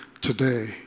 today